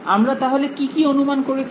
আমরা তাহলে কি কি অনুমান করেছি